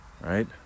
Right